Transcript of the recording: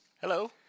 Hello